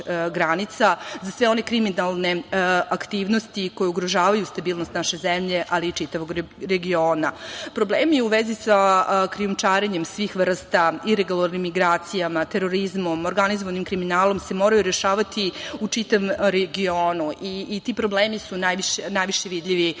za sve one kriminalne aktivnosti koje ugrožavaju stabilnost naše zemlje, ali i čitavog regiona. Problemi u vezi sa krijumčarenjem svih vrsta, iregularnim migracijama, terorizmom, organizovanim kriminalom se moraju rešavati u čitavom regionu i ti problemi su najviše vidljivi na našim